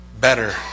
better